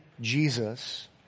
Jesus